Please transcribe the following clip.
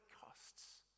costs